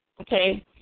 okay